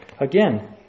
again